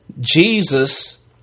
Jesus